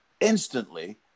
instantly